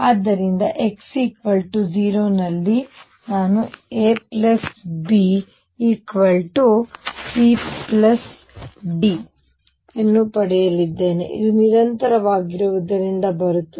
ಆದ್ದರಿಂದ x 0 ನಲ್ಲಿ ನಾನು AB CD ಅನ್ನು ಪಡೆಯಲಿದ್ದೇನೆ ಇದು ನಿರಂತರವಾಗಿರುವುದರಿಂದ ಬರುತ್ತದೆ